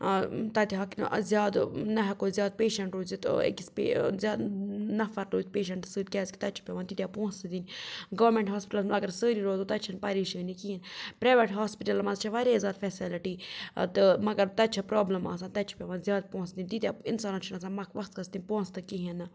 تَتہِ ہَکہِ نہٕ زیادٕ نہ ہیٚکو أسۍ زیادٕ پیشَںٛٹ روٗزِتھ أکِس زیادٕ نفر روٗزِتھ پیشَںٛٹَس سۭتۍ کیٛازِکہِ تَتہِ چھِ پیٚوان تیٖتیٛاہ پونٛسہٕ دِنۍ گورمٮ۪نٛٹ ہاسپِٹَلَس منٛز اگر سٲری روزو تَتہِ چھَنہٕ پریشٲنی کِہیٖنۍ پرٛایویٹ ہاسپِٹلَن منٛز چھےٚ واریاہ زیادٕ فیسَلٹی تہٕ مگر تَتہِ چھےٚ پرٛابلِم آسان تَتہِ چھِ پیٚوان زیادٕ پونٛسہٕ دِنۍ تیٖتیٛاہ اِنسانَس چھِنہٕ آسان وقتَس تِم پونٛسہٕ تہٕ کِہیٖنۍ نہٕ